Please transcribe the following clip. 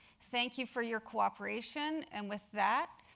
thank you for your cooperation. and with that,